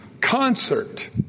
concert